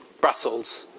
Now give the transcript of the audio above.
brussels,